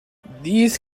these